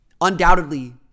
undoubtedly